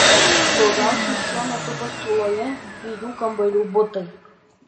daugiausiai šiuo metu pasiūloje dviejų kambarių butai